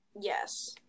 yes